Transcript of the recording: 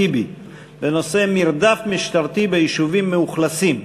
טיבי בנושא: מרדף משטרתי ביישובים צפופי אוכלוסייה.